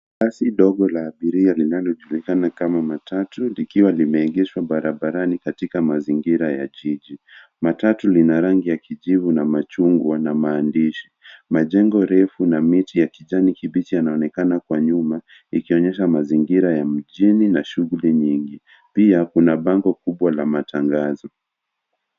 Basi dogo la abiria linalojulikana kama matatu likiwa limeegeshwa barabarani katika mazingira ya jiji. Matatu lina rangi ya kijivu na machungwa na maandishi. Majengo refu na miti ya kijani kibichi yanaonekana kwa nyuma likionyesha mazingira ya mjini na shughuli nyingi. Pia kuna bango kubwa la matangazo.